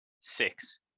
Six